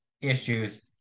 issues